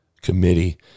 committee